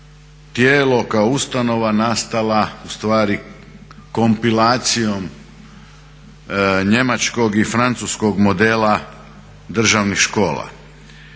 tijelo, kao ustanova nastala ustvari kompilacijom njemačkog i francuskog modela državnih škola.